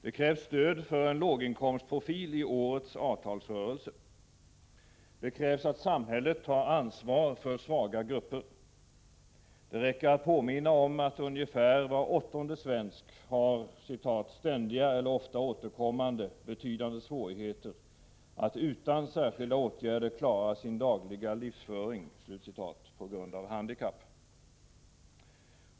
Det krävs stöd för en låginkomstprofil i årets avtalsrörelse. Det krävs att samhället tar ansvar för svaga grupper. Det räcker att påminna om att ungefär var åttonde svensk har ”ständiga eller ofta återkommande, betydande svårigheter att utan särskilda åtgärder klara sin dagliga livsföring” på grund av något handikapp.